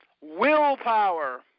willpower